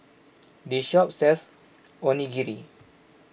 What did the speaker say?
this shop sells Onigiri